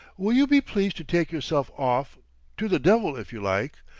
will you be pleased to take yourself off to the devil if you like?